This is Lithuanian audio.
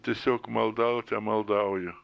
tiesiog maldaute maldauju